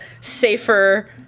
safer